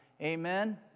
Amen